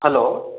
hello